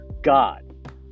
God